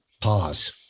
pause